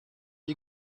you